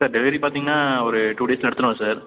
sir delivery பார்த்தீங்கன்னா ஒரு two டேஸில் எடுத்துடுவோம் சார்